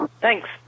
Thanks